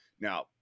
Now